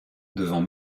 devant